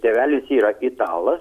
tėvelis yra itala